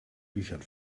büchern